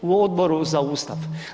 U Odboru za Ustav.